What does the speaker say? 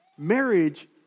Marriage